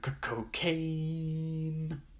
cocaine